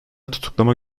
tutuklama